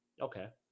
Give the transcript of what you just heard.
Okay